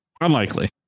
unlikely